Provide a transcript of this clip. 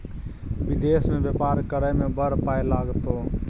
विदेश मे बेपार करय मे बड़ पाय लागतौ